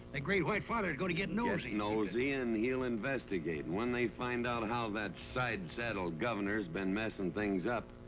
great white father's going to get nosy. get nosy, and he'll investigate, and when they find out, how that sidesaddle governor's. been messing things up,